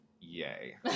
Yay